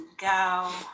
go